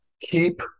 keep